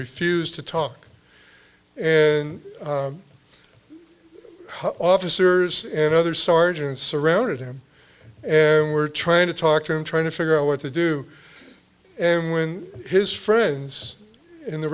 refused to talk and officers and other sergeants surrounded him and were trying to talk to him trying to figure out what to do and when his friends in the